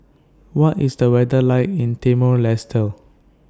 What IS The weather like in Timor Leste